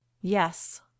Yes